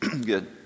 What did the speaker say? Good